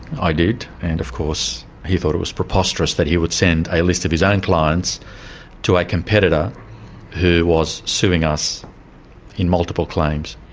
i did, and of course he thought it was preposterous that he would send a list of his own clients to a competitor who was suing us in multiple claims.